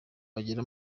wagira